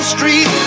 Street